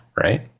Right